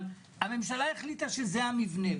אבל הממשלה החליטה שזה המבנה.